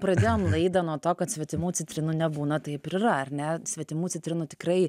pradėjom laidą nuo to kad svetimų citrinų nebūna taip ir yra ar ne svetimų citrinų tikrai